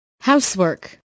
Housework